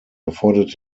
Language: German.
erfordert